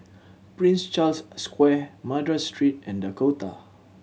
Prince Charles Square Madras Street and Dakota